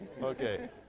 Okay